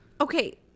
okay